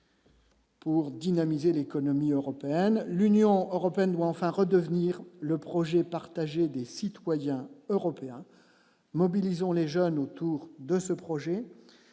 Pour dynamiser l'économie européenne, l'Union européenne doit enfin redevenir le projet partagé des citoyens européens, mobilisons les jeunes autour de ce projet